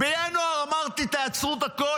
בינואר אמרתי: עצרו הכול.